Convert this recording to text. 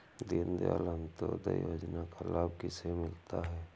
दीनदयाल अंत्योदय योजना का लाभ किसे मिलता है?